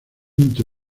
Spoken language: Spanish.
quinto